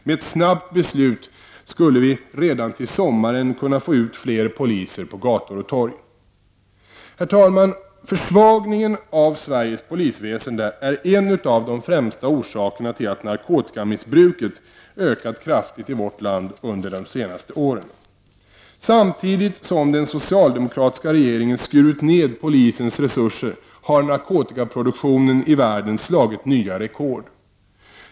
Med ett snabbt beslut skulle vi redan till sommaren kunna få ut fler poliser på gator och torg. Herr talman! Försvagningen av Sveriges polisväsende är en av de främsta orsakerna till att narkotikamissbruket ökat kraftigt i vårt land under de senaste åren. Samtidigt som den socialdemokratiska regeringen skurit ned polisens resurser har narkotikaproduktionen i världen satt nya rekord.